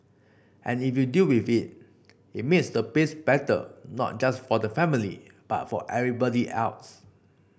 and if you deal with it it makes the place better not just for the family but for everybody else